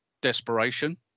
desperation